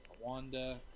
Wanda